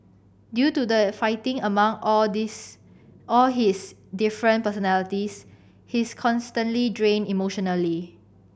due to the fighting among all this all his different personalities he's constantly drained emotionally